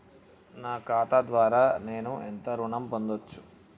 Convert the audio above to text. నా ఖాతా ద్వారా నేను ఎంత ఋణం పొందచ్చు?